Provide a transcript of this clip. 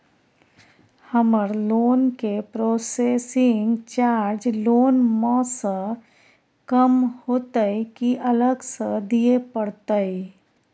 हमर लोन के processing charge loan म स कम होतै की अलग स दिए परतै?